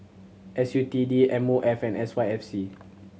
S U T D M O F and S Y F C